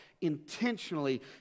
intentionally